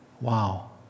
Wow